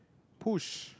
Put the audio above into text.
push